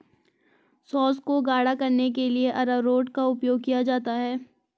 sauce को गाढ़ा करने के लिए अरारोट का उपयोग किया जाता है